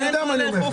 אני יודע מה אני אומר.